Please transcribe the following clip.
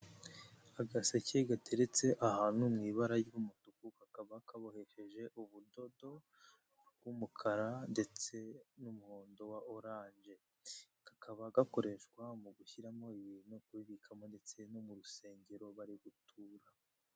Agaseke gateretse ahantu mu ibara ry'umutuku, kakaba kabohesheje ubudodo bw'umukara ndetse n'umuhondo wa oranje, kakaba gakoreshwa mu gushyiramo ibintu no kubibikamo ndetse no mu rusengero, bari gutura.